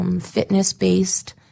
fitness-based